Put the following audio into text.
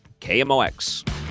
KMOX